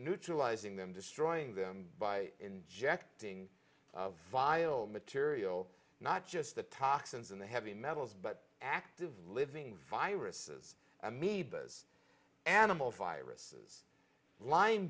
neutralizing them destroying them by injecting of vial material not just the toxins in the heavy metals but active living viruses amoebas animal viruses line